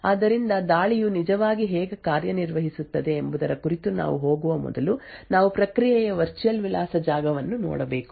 ಆದ್ದರಿಂದ ದಾಳಿಯು ನಿಜವಾಗಿ ಹೇಗೆ ಕಾರ್ಯನಿರ್ವಹಿಸುತ್ತದೆ ಎಂಬುದರ ಕುರಿತು ನಾವು ಹೋಗುವ ಮೊದಲು ನಾವು ಪ್ರಕ್ರಿಯೆಯ ವರ್ಚುಯಲ್ ವಿಳಾಸ ಜಾಗವನ್ನು ನೋಡಬೇಕು